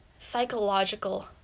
Psychological